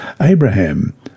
Abraham